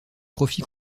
profits